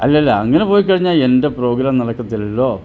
അല്ലല്ല അങ്ങനെ പോയി കഴിഞ്ഞാൽ എൻ്റെ പ്രോഗ്രാം നടക്കത്തില്ലല്ലോ